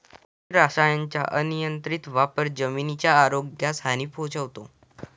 कृषी रसायनांचा अनियंत्रित वापर जमिनीच्या आरोग्यास हानी पोहोचवतो